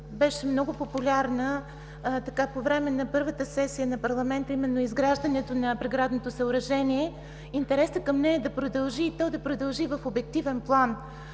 беше много популярна по време на първата сесия на парламента, а именно изграждането на преградното съоръжение, интересът към нея да продължи, и то да продължи в обективен план.